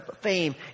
fame